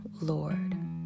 Lord